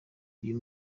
uyu